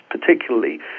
particularly